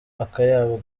akayabo